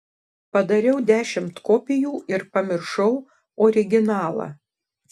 padariau dešimt kopijų ir pamiršau originalą